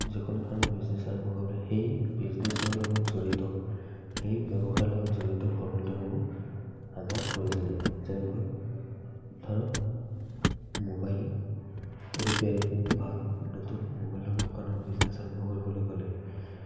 যিকোনো ফালে বিজনেচ আৰম্ভ কৰিবলৈ সেই বিজনেচৰ লগত জড়িত সেই ব্যৱসায়ৰ লগত জড়িত সমূহ আমাক প্ৰয়োজনীয় যেনেকৈ ধৰক মোবাইল ৰিপেয়াৰিং বা নতুন মোৱাইলৰ দোকানৰ বিজনেচ আৰম্ভ কৰিবলৈ গ'লে